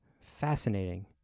Fascinating